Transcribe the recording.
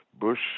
Bush